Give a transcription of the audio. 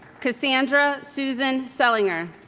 kassandra suzan sellinger